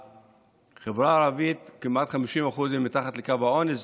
והחברה הערבית, כמעט 50%, מתחת לקו העוני.